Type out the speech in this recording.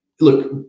Look